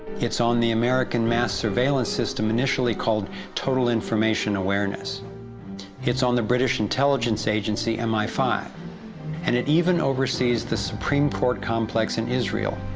it's on the american mass surveillance system initially called total information awareness it's on the british intelligence agency, and mi five and, it even over-sees the supreme court complex in israel,